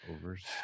overs